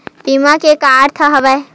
बीमा के का अर्थ हवय?